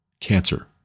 cancer